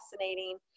fascinating